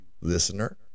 listener